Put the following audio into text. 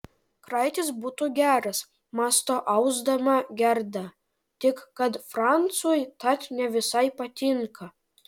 kraitis būtų geras mąsto ausdama gerda tik kad francui tat ne visai patinka